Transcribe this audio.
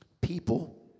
people